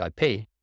IP